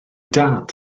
dad